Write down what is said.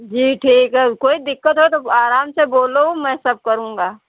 जी ठीक है कोई दिक्कत हो तो आराम से बोलो मैं सब करूंगा